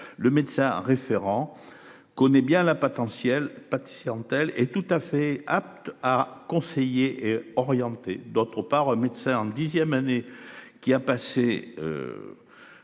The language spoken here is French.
Le médecin référent. Connaît bien la potentielle pâtissier en telle est tout à fait aptes à conseiller et orienter d'autre part, médecin dixième année qui a passé.